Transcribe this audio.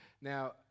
now